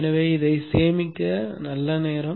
எனவே சேமிக்க இது நல்ல நேரம்